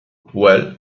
well